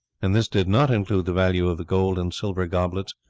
and this did not include the value of the gold and silver goblets,